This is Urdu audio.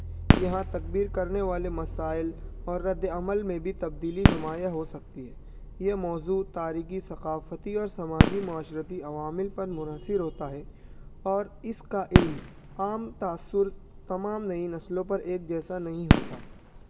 یہاں تکبیر کرنے والے مسائل اور رد عمل میں بھی تبدیلی نمایاں ہو سکتی ہے یہ موضوع تاریخی ثقافتی اور سماجی معاشرتی عوامل پر منحصر ہوتا ہے اور اس کا علم عام تاثر تمام نئی نسلوں پر ایک جیسا نہیں ہوتا